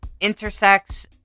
intersex